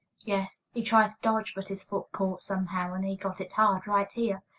yes he tried to dodge, but his foot caught somehow, and he got it hard right here.